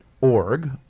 org